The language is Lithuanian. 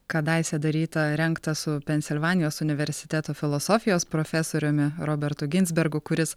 kadaise darytą rengtą su pensilvanijos universiteto filosofijos profesoriumi robertu ginsbergu kuris